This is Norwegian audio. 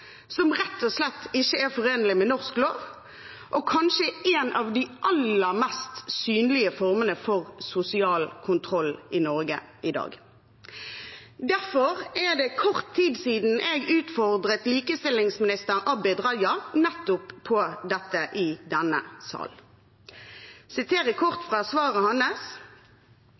som rett og slett ikke er forenlig med norsk lov og kanskje er en av de aller mest synlige formene for sosial kontroll i Norge i dag. Derfor er det kort tid siden jeg utfordret likestillingsminister Abid Q. Raja nettopp når det gjaldt dette i denne sal. Jeg siterer kort fra svaret hans: